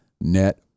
net